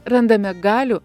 randame galių